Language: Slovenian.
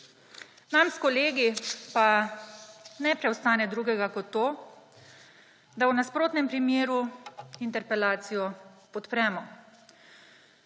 Nam s kolegi pa ne preostane drugega kot to, da v nasprotnem primeru interpelacijo podpremo,